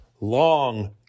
long